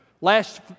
Last